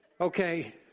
Okay